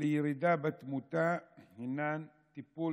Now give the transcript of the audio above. לירידה בתמותה הן טיפול